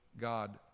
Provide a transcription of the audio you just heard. God